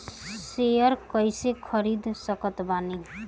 Share कइसे खरीद सकत बानी?